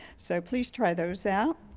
so please try those out.